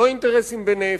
לא אינטרסים בנפט.